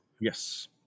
Yes